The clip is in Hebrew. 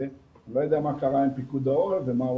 אני לא יודע מה קרה עם פיקוד העורף ומה הוא